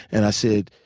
and i said,